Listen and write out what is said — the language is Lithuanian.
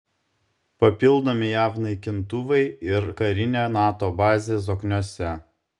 papildomi jav naikintuvai ir karinė nato bazė zokniuose